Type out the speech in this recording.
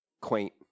quaint